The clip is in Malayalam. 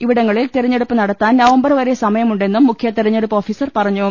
ഇവിട ങ്ങളിൽ തെരഞ്ഞെടുപ്പ് നടത്താൻ നവംബർ വരെ സമയമുണ്ടെന്നും മുഖ്യതെരഞ്ഞെടുപ്പ് ഓഫീസർ പറഞ്ഞു